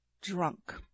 drunk